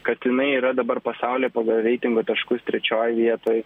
kad jinai yra dabar pasaulyje pagal reitingo taškus trečioj vietoj